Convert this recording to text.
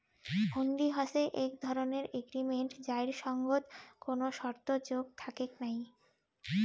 হুন্ডি হসে এক ধরণের এগ্রিমেন্ট যাইর সঙ্গত কোনো শর্ত যোগ থাকেক নাই